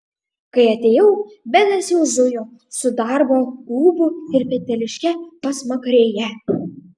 kai atėjau benas jau zujo su darbo rūbu ir peteliške pasmakrėje